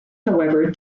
however